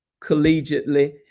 collegiately